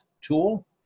tool